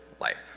life